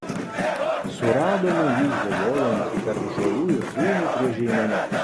suradome jį žvejojantį tarp žolių ir krūmų prie žeimenos